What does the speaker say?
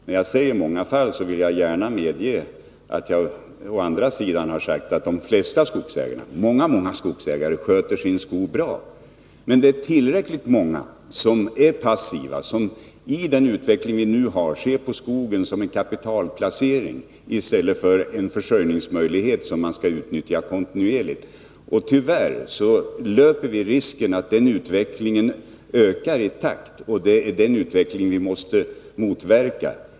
När jag talar om många fall vill jag samtidigt gärna medge att många skogsägare — ja, de flesta — sköter sin skog bra. Men tillräckligt många är passiva och ser, i den utveckling som vi nu har, på skogen som en kapitalplacering i stället för en försörjningsmöjlighet som man skall utnyttja kontinuerligt. Tyvärr löper vi risk att den utvecklingen ökar, och det är alltså den utvecklingen som vi måste motverka.